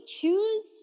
choose